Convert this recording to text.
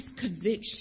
conviction